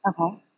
Okay